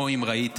או אם ראיתם,